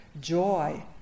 joy